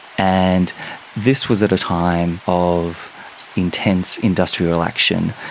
and this was at a time of intense industrial action,